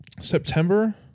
September